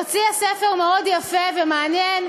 הוציאה ספר מאוד יפה ומעניין,